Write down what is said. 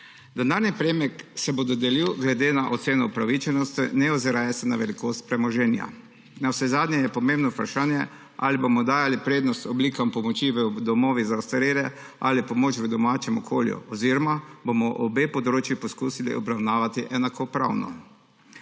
Denarni prejemek se bo dodelil glede na oceno upravičenosti ne oziraje se na velikost premoženja. Navsezadnje je pomembno vprašanje, ali bomo dajali prednost oblikam pomoči v domovih za ostarele ali pomoč v domačem okolju oziroma bomo obe področje poskusili obravnavati enakopravno.